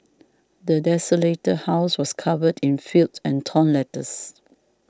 the desolated house was covered in filth and torn letters